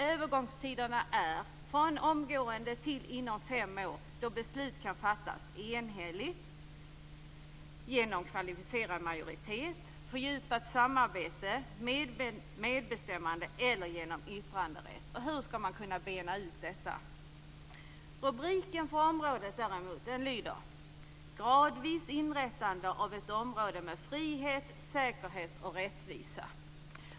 Övergångstiderna är från omgående till inom fem år, då beslut kan fattas enhälligt, genom kvalificerad majoritet, fördjupat samarbete, medbestämmande eller genom yttranderätt. Hur skall man kunna bena ut detta? Rubriken för området lyder Gradvis inrättande av ett område med frihet, säkerhet och rättvisa.